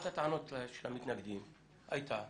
אחת הטענות של המתנגדים הייתה,